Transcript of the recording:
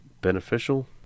beneficial